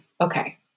okay